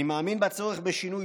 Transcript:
"אני מאמין בצורך בשינוי,